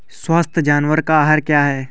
स्वस्थ जानवर का आहार क्या है?